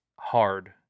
Hard